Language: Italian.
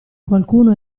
qualcuno